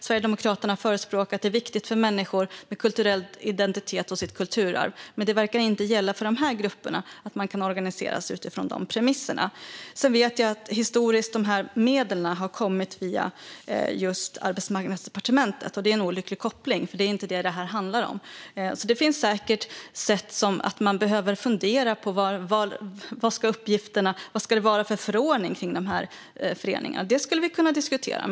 Sverigedemokraterna brukar förespråka att det är viktigt för människor med kulturell identitet och kulturarv. Men det verkar inte gälla för de här grupperna att de kan organisera sig utifrån de premisserna. Jag vet att medlen historiskt har kommit via Arbetsmarknadsdepartementet. Det är en olycklig koppling. Det är inte vad det handlar om. Det finns säkert saker som man behöver fundera kring. Vad ska det vara för förordning för föreningarna? Det skulle vi kunna diskutera.